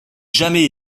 jamais